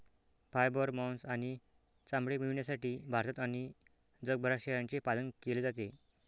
fibre, मांस आणि चामडे मिळविण्यासाठी भारतात आणि जगभरात शेळ्यांचे पालन केले जाते